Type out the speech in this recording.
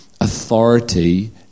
Authority